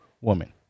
woman